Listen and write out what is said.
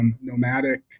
nomadic